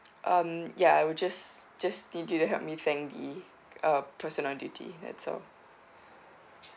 um ya I will just just need you to help me thank the uh person on duty that's all